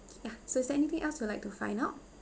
ya so is there anything else you'd like to find out